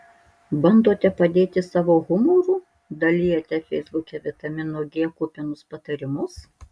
bandote padėti savo humoru dalijate feisbuke vitamino g kupinus patarimus